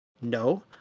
No